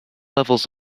levels